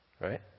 right